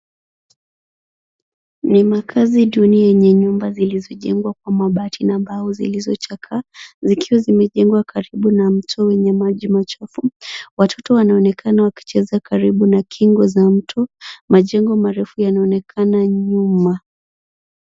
Ni makazi duni yenye nyumba zilizojengwa kwa mabati na mbao zilizochakaa zikiwa zimejengwa karibu na mto wenye maji machafu. Watoto wanaonekana wakicheza karibu na kingo za mto. Majengo marefu yanaonekana nyuma.